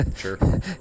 sure